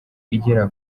igera